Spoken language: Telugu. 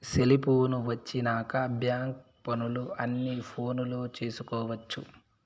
సెలిపోను వచ్చినాక బ్యాంక్ పనులు అన్ని ఫోనులో చేసుకొవచ్చు